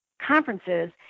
conferences